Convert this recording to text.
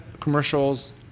commercials